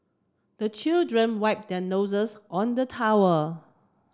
the children wipe their noses on the towel